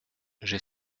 j’ai